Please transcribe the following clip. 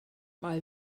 mae